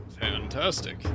Fantastic